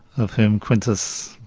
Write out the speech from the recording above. of whom quintus,